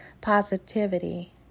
positivity